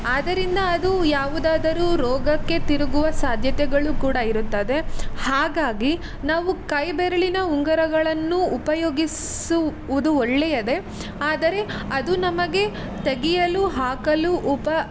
ಆದ್ದರಿಂದ ಅದು ಯಾವುದಾದರೂ ರೋಗಕ್ಕೆ ತಿರುಗುವ ಸಾಧ್ಯತೆಗಳು ಕೂಡ ಇರುತ್ತದೆ ಹಾಗಾಗಿ ನಾವು ಕೈ ಬೆರಳಿನ ಉಂಗುರಗಳನ್ನು ಉಪಯೋಗಿಸುವುದು ಒಳ್ಳೆಯದೇ ಆದರೆ ಅದು ನಮಗೆ ತೆಗಿಯಲು ಹಾಕಲು ಉಪ